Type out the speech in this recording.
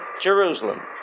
Jerusalem